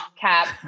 cap